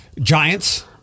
Giants